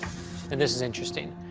and this is interesting.